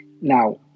Now